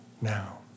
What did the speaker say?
Now